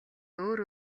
өөр